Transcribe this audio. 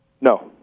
no